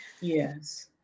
yes